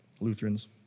Lutherans